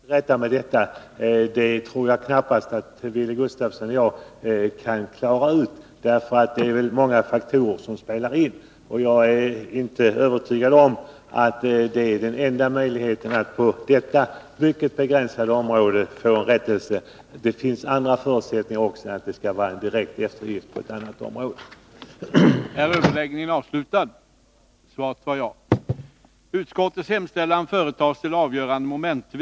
Herr talman! Jag tror knappast att vare sig Wilhelm Gustafsson eller jag kan klara ut på vilket sätt man skall komma till rätta med detta. Det är ju många faktorer som spelar in. Jag ärinte övertygad om att den aktuella åtgärden är den enda möjligheten Nr 153 att på detta mycket begränsade område få en rättelse. Det finns också andra Onsdagen den möjligheter än att låta det resultera i en direkt eftergift på ett annat 19 maj 1982 område.